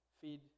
feed